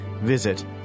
Visit